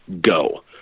go